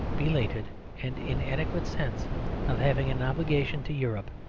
belated and inadequate sense of having an obligation to europe,